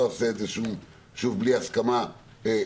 לא אעשה את זה בלי הסכמה שלהם.